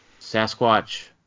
Sasquatch